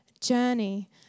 journey